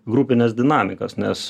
grupines dinamikas nes